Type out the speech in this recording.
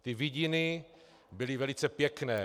Ty vidiny byly velice pěkné.